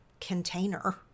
container